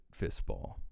fistball